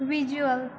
visual